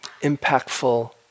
impactful